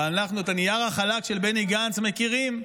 אבל אנחנו את הנייר החלק של בני גנץ מכירים,